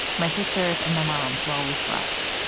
my sister's and my mom's while we slept.